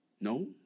No